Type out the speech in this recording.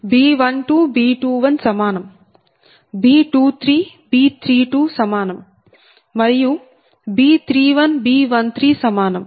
B12B21 సమానం B23B32సమానం మరియు B31 B13 సమానం